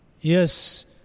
yes